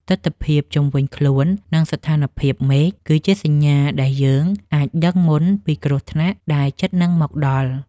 ទិដ្ឋភាពជុំវិញខ្លួន និងស្ថានភាពមេឃ គឺជាសញ្ញាដែលយើងអាចដឹងមុនពីគ្រោះថ្នាក់ដែលជិតនឹងមកដល់។